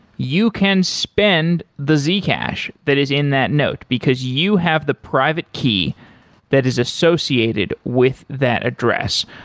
you can spend the zcash that is in that note, because you have the private key that is associated with that address.